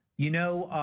you know,